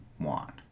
want